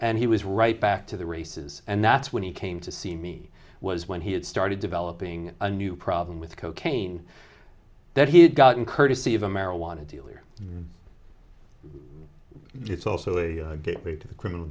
and he was right back to the races and that's when he came to see me was when he had started developing a new problem with cocaine that he had gotten courtesy of a marijuana dealer it's also a gateway to the criminal